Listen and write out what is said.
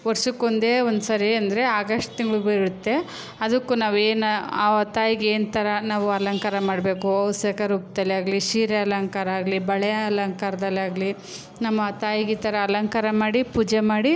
ವರ್ಷಕ್ಕೆ ಒಂದೇ ಒಂದು ಸಾರಿ ಅಂದರೆ ಆಗಸ್ಟ್ ತಿಂಗ್ಳು ಬೀಳುತ್ತೆ ಅದಕ್ಕೂ ನಾವು ಏನು ಆ ತಾಯಿಗೆ ಏನು ಥರ ನಾವು ಅಲಂಕಾರ ಮಾಡಬೇಕು ಅಭಿಷೇಕ ರೂಪದಲ್ಲೇ ಆಗಲಿ ಸೀರೆ ಅಲಂಕಾರ ಆಗಲಿ ಬಳೆ ಅಲಂಕಾರದಲ್ಲಾಗ್ಲಿ ನಮ್ಮ ತಾಯಿಗೆ ಈ ಥರ ಅಲಂಕಾರ ಮಾಡಿ ಪೂಜೆ ಮಾಡಿ